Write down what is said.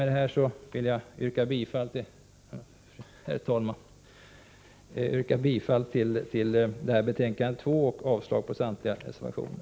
Med detta vill jag yrka bifall till hemställan i betänkandet 2 och avslag på samtliga reservationer.